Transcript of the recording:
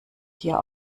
hier